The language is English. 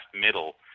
middle